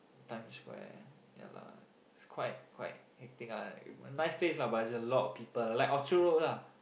Times-Square ya lah is quite quite hectic lah but nice place lah but a lot of people like Orchard-Road lah